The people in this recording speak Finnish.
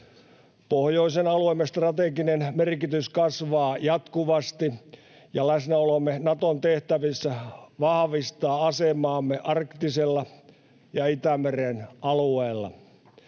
Pohjoisen alueemme strateginen merkitys kasvaa jatkuvasti, ja läsnäolomme Naton tehtävissä vahvistaa asemaamme arktisella ja Itämeren alueella.